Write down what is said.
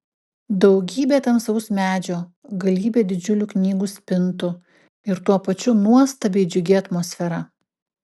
daugybė tamsaus medžio galybė didžiulių knygų spintų ir tuo pačiu nuostabiai džiugi atmosfera